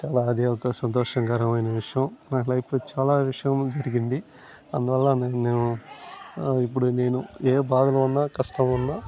చాలా అది ఒక సంతోషంకరమైన విషయం నాలైఫ్లో చాలా విషయం జరిగింది అందువల్ల నేను ఇప్పుడు నేను ఏ బాధలో ఉన్నా కష్టంలో ఉన్నా